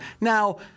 Now